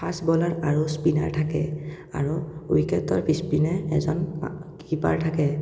fast বলাৰ আৰু spinner থাকে আৰু উইকেটৰ পিছপিনে এজন কিপাৰ থাকে